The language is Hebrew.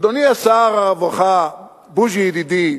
אדוני שר הרווחה, בוז'י ידידי.